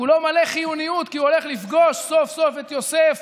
כולו מלא חיוניות כי הוא הולך לפגוש סוף-סוף את יוסף,